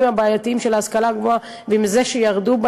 הבעייתיים של ההשכלה הגבוהה ומזה שהנתונים ירדו,